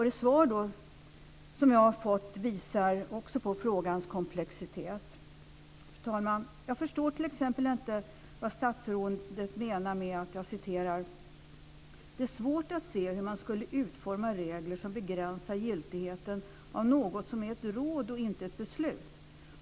Det svar jag har fått visar också på frågans komplexitet. Fru talman! Jag förstår t.ex. inte vad statsrådet menar med att "det är svårt att se hur man ska utforma regler som begränsar giltigheten av något som är ett råd och inte ett beslut.